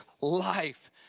life